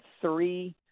three